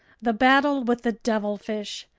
the battle with the devilfish,